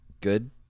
good